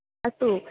अस्तु